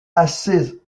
assez